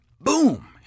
boom